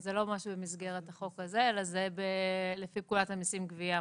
זה לא משהו במסגרת החוק הזה אלא זה לפי פקודת המיסים (גבייה).